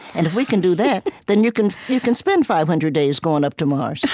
and if we can do that, then you can you can spend five hundred days going up to mars,